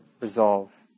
resolve